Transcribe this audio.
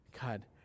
God